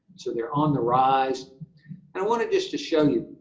so they're on the rise. and i wanted just to show you,